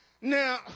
Now